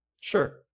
Sure